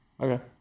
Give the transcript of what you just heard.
okay